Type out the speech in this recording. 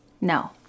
No